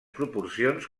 proporcions